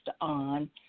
on